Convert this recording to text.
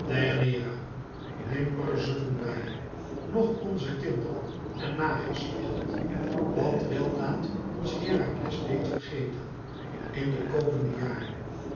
noch onze kinderen en nageslacht wat weldaad ons herakles deed vergeten in de komende jaren